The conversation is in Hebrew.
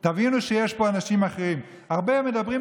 תודה רבה.